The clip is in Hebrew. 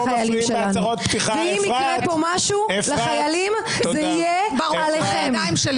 ואם יקרה משהו לחיילים זה יהיה עליכם.